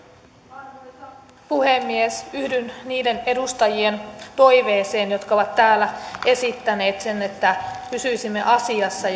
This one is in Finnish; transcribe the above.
arvoisa puhemies yhdyn niiden edustajien toiveeseen jotka ovat täällä esittäneet että pysyisimme asiassa